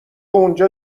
اونجا